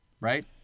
Right